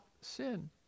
sin